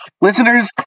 listeners